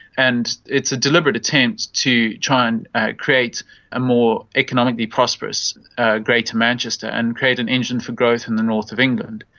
and it's a deliberate attempt to try and create a more economically prosperous greater manchester and create an engine for growth in the north of england.